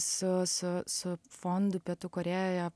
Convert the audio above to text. su su su fondu pietų korėjoje